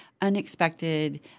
unexpected